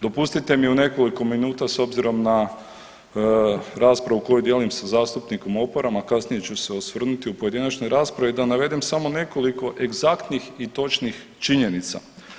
Dopustite mi u nekoliko minuta s obzirom na raspravu koju dijelim sa zastupnikom Oparom, a kasnije ću se osvrnuti u pojedinačnoj raspravi da navedem samo nekoliko egzaktnih i točnih činjenica.